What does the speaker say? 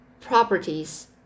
properties